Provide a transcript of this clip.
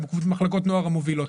מחלקות נוער המובילות,